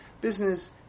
business